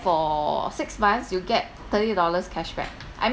for six months you get thirty dollars cashback I